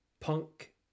Punk